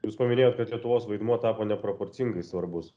jūs paminėjot kad lietuvos vaidmuo tapo neproporcingai svarbus